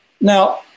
Now